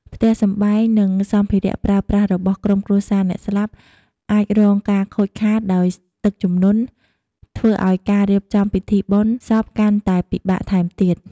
ផ្ទះសម្បែង និងសម្ភារៈប្រើប្រាស់របស់ក្រុមគ្រួសារអ្នកស្លាប់អាចរងការខូចខាតដោយទឹកជំនន់ ធ្វើឲ្យការរៀបចំពិធីបុណ្យសពកាន់តែពិបាកថែមទៀត។